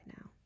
now